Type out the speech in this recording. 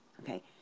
okay